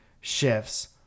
shifts